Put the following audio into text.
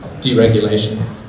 Deregulation